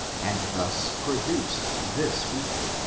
and thus produced this people.